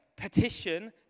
petition